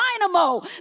dynamo